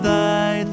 Thy